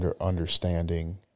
understanding